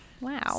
wow